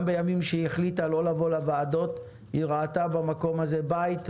גם בימים שהיא החליטה לא לבוא לוועדות היא ראתה במקום הזה בית,